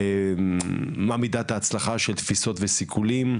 מהי מידת ההצלחה של תפיסות וסיכולים,